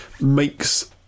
makes